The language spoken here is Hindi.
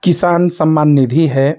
किसान सम्मान निधि है